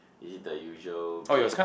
is it the usual B M